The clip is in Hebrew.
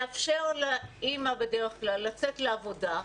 לאפשר לאמא בדרך כלל לצאת לעבודה,